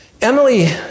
Emily